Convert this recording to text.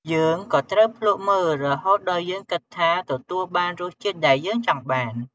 យើងក៏ត្រូវភ្លក់មើលរហូតដល់យើងគិតថាទទួលបានរសជាតិដែលយើងចង់បាន។